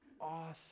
awesome